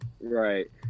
Right